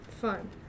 fun